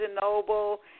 Noble